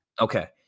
Okay